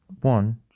one